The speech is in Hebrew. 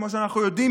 כמו שאנחנו יודעים,